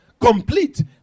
complete